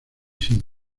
sin